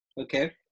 Okay